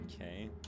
Okay